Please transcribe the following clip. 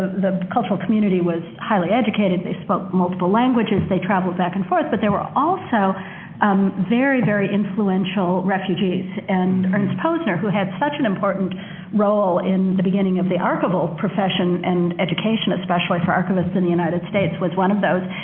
the cultural community was highly educated, they spoke multiple languages, they traveled back and forth but they were also um very, very influential refugees and ernst posner, who had such an important role in the beginning of the archival profession and education, especially for archivists in the united states, was one of those.